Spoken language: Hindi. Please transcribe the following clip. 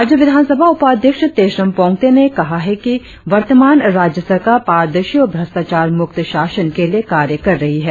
राज्य विधानसभा उपाध्यक्ष तेसम पोंगते ने कहा कि वर्तमान राज्य सरकार पारदर्शी और भ्रष्टाचार मुक्त शासन के लिए कार्य कर रही है